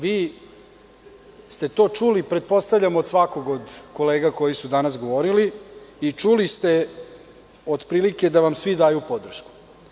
Vi ste to čuli pretpostavljam od svakog od kolega koji su danas govorili i čuli ste otprilike da vam svi daju podršku.